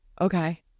Okay